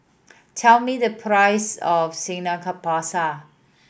tell me the price of Samgyeopsal